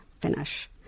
finish